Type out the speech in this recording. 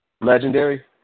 Legendary